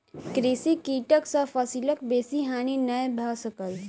कृषि कीटक सॅ फसिलक बेसी हानि नै भ सकल